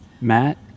Matt